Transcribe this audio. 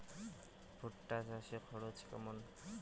ভুট্টা চাষে খরচ কেমন?